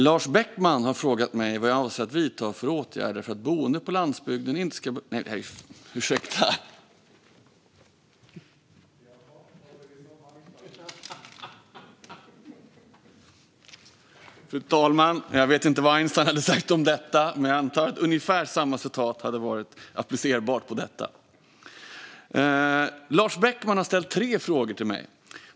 Fru talman! Jag började nyss svara på Lars Beckmans förra interpellation. Jag vet inte vad Einstein hade sagt om det, men jag antar att ungefär samma citat hade varit applicerbart. Fru talman! Lars Beckman har ställt tre frågor till mig.